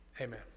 amen